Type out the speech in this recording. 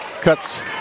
Cuts